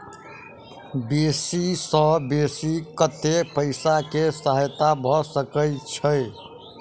बेसी सऽ बेसी कतै पैसा केँ सहायता भऽ सकय छै?